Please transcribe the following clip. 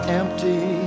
empty